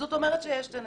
זאת אומרת שיש את הנתונים.